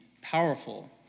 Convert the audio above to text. powerful